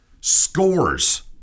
scores